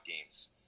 games